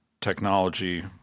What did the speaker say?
technology